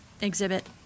exhibit